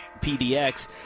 PDX